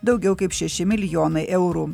daugiau kaip šeši milijonai eurų